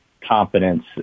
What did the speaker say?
confidence